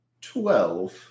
Twelve